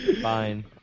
Fine